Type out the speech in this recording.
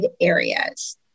areas